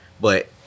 but-